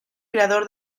creador